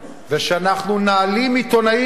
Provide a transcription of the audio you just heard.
ושאנחנו נעלים עיתונאים,